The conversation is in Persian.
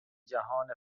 جهان